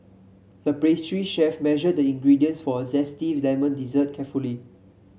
the pastry chef measured the ingredients for a zesty lemon dessert carefully